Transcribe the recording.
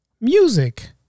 music